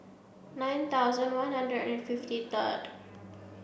nine thousand one hundred and fifty third